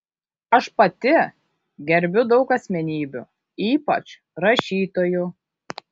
aš pati gerbiu daug asmenybių ypač rašytojų